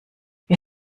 wir